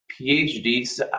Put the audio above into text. PhD